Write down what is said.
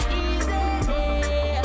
easy